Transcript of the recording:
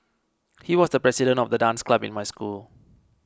he was the president of the dance club in my school